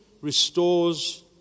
restores